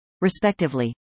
respectively